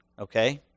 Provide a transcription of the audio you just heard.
okay